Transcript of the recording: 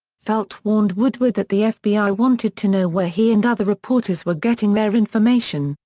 felt warned woodward that the fbi wanted to know where he and other reporters were getting their information,